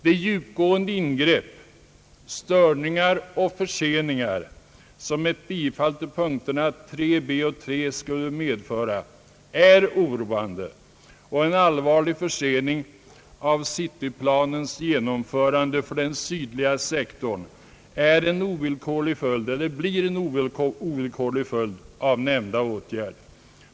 De djupgående ingrepp, störningar och förseningar som ett bifall till alternativen 3 b och 3 c skulle medföra är oroande, och en allvarlig försening av cityplanens genomförande för den sydligare sektorn blir en ovillkorlig följd av nämnda åtgärd.